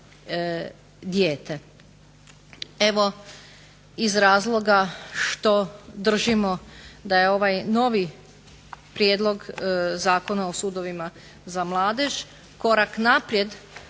dijete. Evo iz razloga što držimo da je ovaj novi prijedlog Zakona o sudovima za mladež korak naprijed